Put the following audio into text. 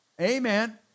Amen